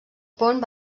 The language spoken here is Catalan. pont